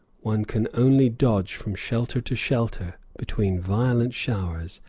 one can only dodge from shelter to shelter between violent showers,